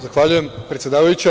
Zahvaljujem, predsedavajuća.